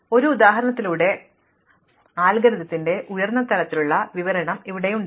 അതിനാൽ ഒരു ഉദാഹരണത്തിലൂടെ അൽഗോരിത്തിന്റെ ഉയർന്ന തലത്തിലുള്ള വിവരണം ഇവിടെയുണ്ട്